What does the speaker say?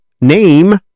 name